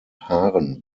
haaren